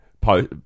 post